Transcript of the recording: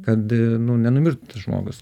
kad nu nenumirt žmogus